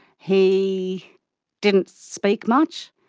he didn't speak much.